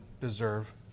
deserve